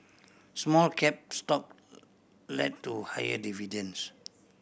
small cap stock lend to higher dividends